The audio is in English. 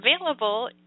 available